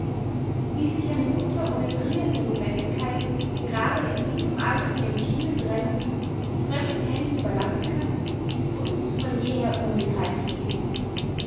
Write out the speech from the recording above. wie sich eine mutter ohne dringende nothwendigkeit grade in diesem alter von ihrem kinde trennen es fremden händen überlassen kann ist uns von jeher unbegreiflich gewesen